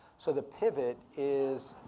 so the pivot is.